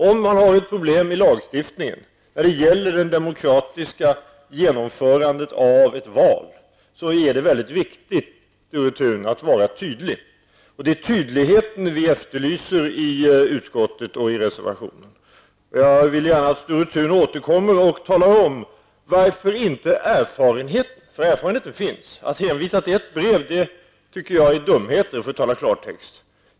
Om man har ett problem i lagstiftningen när det gäller det demokratiska genomförandet av ett val är det mycket viktigt, Sture Thun, att vara tydlig. Det är tydligheten som vi efterlyser i utskottet och i reservationen. Jag skulle gärna vilja att Sture Thun återkommer och förklarar varför inte erfarenhet finns. Det finns erfarenhet. Att hänvisa till ett brev tycker jag är en dumhet -- för att använda klartext.